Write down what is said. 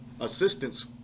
assistance